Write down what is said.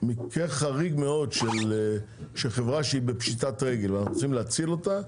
במקרה חריג מאוד של חברה שהיא בפשיטת רגל וצריך להציל אותה,